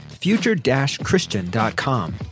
future-christian.com